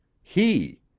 he.